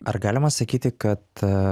ar galima sakyti kad